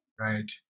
Right